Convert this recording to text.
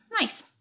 nice